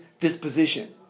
disposition